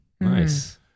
nice